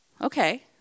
Okay